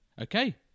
Okay